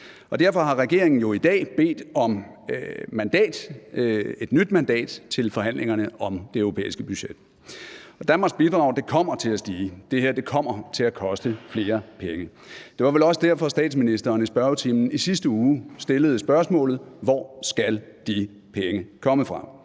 Derfor har regeringen jo i dag bedt om et nyt mandat til forhandlingerne om det europæiske budget. Og Danmarks bidrag kommer til at stige; det her kommer til at koste flere penge. Det var vel også derfor, at statsministeren i spørgetimen i sidste uge stillede spørgsmålet: Hvor skal de penge komme fra?